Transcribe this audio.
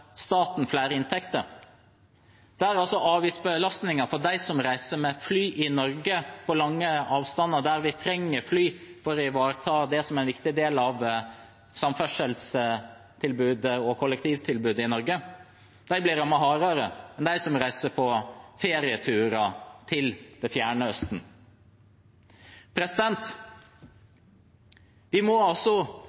flere inntekter til staten, der avgiftsbelastningen for dem som reiser med fly over lange avstander i Norge – der vi trenger fly for å ivareta det som er en viktig del av samferdselstilbudet og kollektivtilbudet i Norge – rammer hardere enn for dem som reiser på ferieturer til Det fjerne østen.